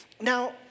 Now